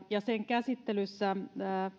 ja sen käsittelyssä